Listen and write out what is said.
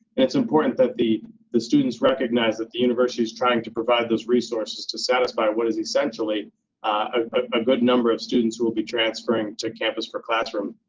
and it's important that the the students recognize that the university's trying to provide those resources to satisfy what is essentially a good number of students who will be transferring to campus for classrooms.